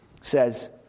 says